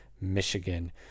Michigan